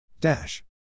Dash